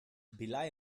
bila